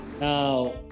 Now